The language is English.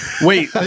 wait